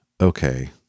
Okay